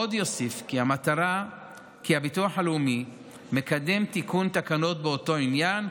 עוד יוסף כי הביטוח הלאומי מקדם תיקון תקנות באותו עניין,